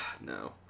No